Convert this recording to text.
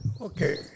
okay